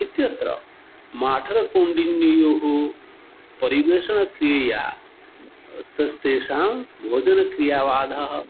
इत्यत्र माठनकौण्डिन्ययोः परिवेषणक्रियया अतस्तेषां भोजनक्रियावादः